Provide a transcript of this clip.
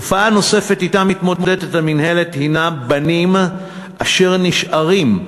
תופעה נוספת שאתה מתמודדת המינהלת היא בנים אשר נשארים,